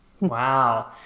Wow